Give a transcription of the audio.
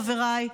חבריי,